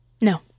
No